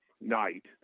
night